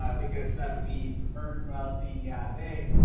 um because as we've heard throughout the day,